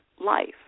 life